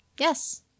Yes